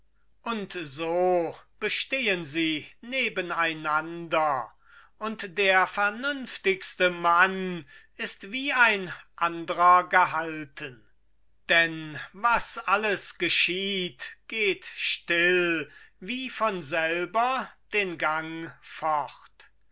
und so bestehen sie nebeneinander und der vernünftigste mann ist wie ein andrer gehalten denn was alles geschieht geht still wie von selber den gang fort